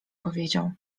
powiedział